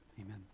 amen